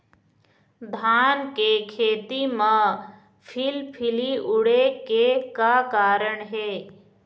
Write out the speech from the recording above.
धान के खेती म फिलफिली उड़े के का कारण हे?